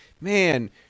man